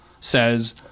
says